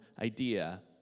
idea